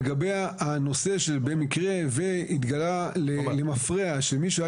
על הנושא שבמקרה שהתגלה למפרע שמישהו היה